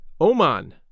Oman